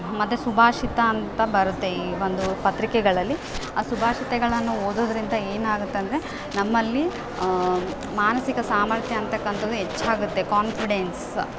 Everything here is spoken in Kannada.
ಮತ್ತು ಸುಭಾಷಿತ ಅಂತ ಬರುತ್ತೆ ಈ ಒಂದು ಪತ್ರಿಕೆಗಳಲ್ಲಿ ಆ ಸುಭಾಷಿತಗಳನ್ನ ಓದೋದರಿಂದ ಏನಾಗತ್ತಂದರೆ ನಮ್ಮಲ್ಲಿ ಮಾನಸಿಕ ಸಾಮರ್ಥ್ಯ ಅಂಥಕ್ಕಂಥದ್ದು ಹೆಚ್ಚಾಗತ್ತೆ ಕಾನ್ಫಿಡೆನ್ಸ್